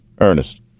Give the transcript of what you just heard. Ernest